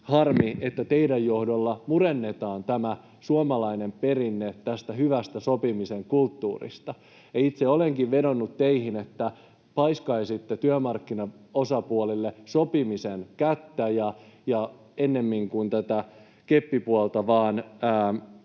harmi, että teidän johdollanne murennetaan tämä suomalainen perinne tästä hyvästä sopimisen kulttuurista. Itse olenkin vedonnut teihin, että paiskaisitte työmarkkinaosapuolille sopimisen kättä ennemmin kuin vain tätä keppipuolta